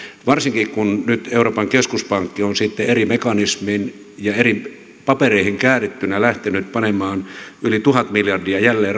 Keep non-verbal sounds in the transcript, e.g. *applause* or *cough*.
varsinkin kun nyt euroopan keskuspankki on sitten eri mekanismein ja eri papereihin käärittynä lähtenyt panemaan yli tuhat miljardia jälleen *unintelligible*